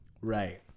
Right